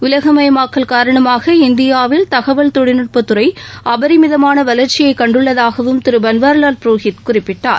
உலகமயமாக்கல் காரணமாக இந்தியாவில் தகவல் தொழில்நுட்பத்துறை அபரிமிதமான வளர்ச்சியை கண்டுள்ளதாகவும் திரு பன்வாரிலால் புரோஹித் குறிப்பிட்டார்